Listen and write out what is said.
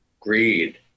Greed